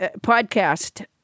podcast